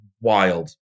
wild